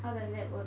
the network